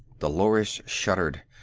dolores shuddered.